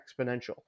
exponential